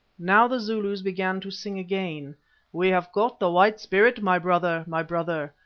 now the zulus began to sing again we have caught the white spirit, my brother! my brother!